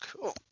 Cool